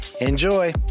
Enjoy